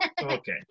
Okay